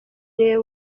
niwe